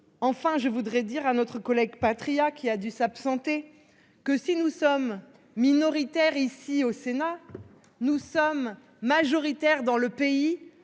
Enfin, je voudrais dire à notre collègue Patriat, qui a dû s'absenter, que, si nous sommes minoritaires au Sénat, en revanche, nous sommes majoritaires dans le pays.